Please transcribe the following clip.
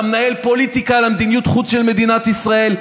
אתה מנהל פוליטיקה במדיניות החוץ של מדינת ישראל.